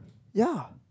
ya